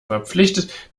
verpflichtet